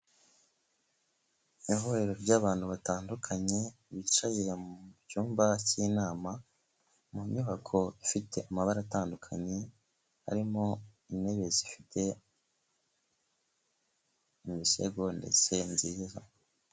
Ihuriro ry'abantu batandukanye bicaye mu cyumba cy'inama mu nyubako ifite amabara atandukanye, harimo intebe zifite imisego ndetse nziza.